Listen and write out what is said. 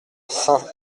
saint